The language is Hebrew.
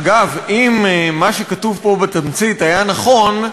אגב, אם מה שכתוב פה בתמצית היה נכון,